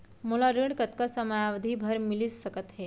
मोला ऋण कतना समयावधि भर मिलिस सकत हे?